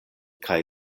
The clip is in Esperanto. kaj